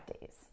days